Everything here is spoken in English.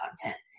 content